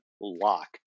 lock